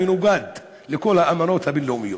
המנוגד לכל האמנות הבין-לאומיות?